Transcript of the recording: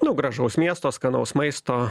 nu gražaus miesto skanaus maisto